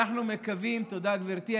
תודה, גברתי.